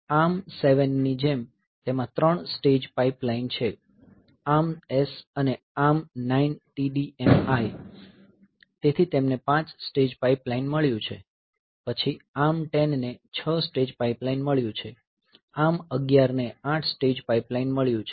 ARM7 ની જેમ તેમાં 3 સ્ટેજ પાઇપલાઇન છે ARMS અને ARM9TDMI તેથી તેમને 5 સ્ટેજ પાઇપલાઇન મળ્યું છે પછી ARM10 ને 6 સ્ટેજ પાઇપલાઇન મળ્યું છે ARM11 ને 8 સ્ટેજ પાઇપલાઇન મળ્યું છે